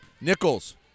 Nichols